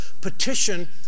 petition